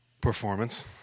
performance